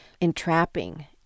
entrapping